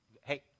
Hey